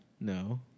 No